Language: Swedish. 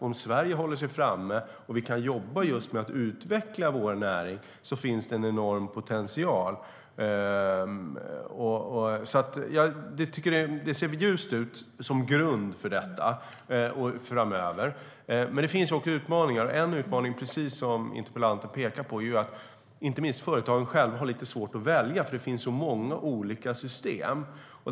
Om Sverige håller sig framme och vi kan jobba med att utveckla vår näring finns det snarare en enorm potential. Det ser ljust ut, som grund framöver. Men det finns också utmaningar. Precis som interpellanten säger har företagen själva lite svårt att välja, eftersom det finns så många olika system.